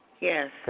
Yes